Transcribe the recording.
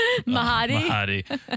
Mahadi